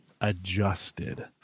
adjusted